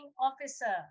officer